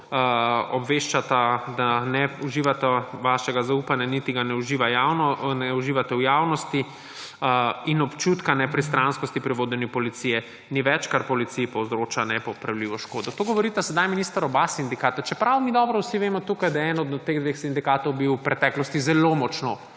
Obveščata, da ne uživata vašega zaupanja niti ga ne uživate v javnosti in občutka nepristranskosti pri vodenju policije ni več, kar policiji povzroča nepopravljivo škodo. To sedaj govorita, minister, oba sindikata, čeprav mi vsi dobro vemo tukaj, da je eden od teh dveh sindikatov bil v preteklosti zelo močno